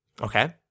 Okay